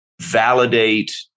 validate